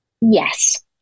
yes